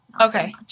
Okay